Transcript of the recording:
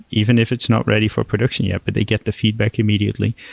even if it's not ready for production yet but they get the feedback immediately,